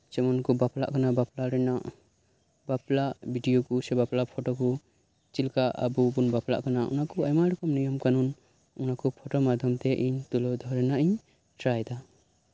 ᱡᱮᱢᱚᱱ ᱠᱚ ᱵᱟᱯᱞᱟᱜ ᱠᱟᱱᱟ ᱵᱟᱯᱞᱟ ᱨᱮᱱᱟᱜ ᱵᱟᱯᱞᱟ ᱵᱷᱤᱰᱤᱭᱳ ᱥᱮ ᱯᱷᱳᱴᱳ ᱠᱚ ᱪᱮᱫ ᱞᱮᱠᱟ ᱟᱵᱚ ᱵᱚᱱ ᱵᱟᱯᱞᱟᱜ ᱠᱟᱱᱟ ᱚᱱᱟ ᱠᱚ ᱟᱭᱢᱟ ᱨᱚᱠᱚᱢ ᱱᱤᱭᱚᱢ ᱠᱟᱹᱱᱩᱱ ᱯᱷᱳᱴᱳ ᱢᱟᱫᱽᱫᱷᱚᱢᱛᱮ ᱛᱩᱞᱟᱹᱣ ᱫᱚᱦᱚ ᱨᱮᱱᱟᱜ ᱤᱧ ᱴᱮᱨᱟᱭ ᱮᱫᱟ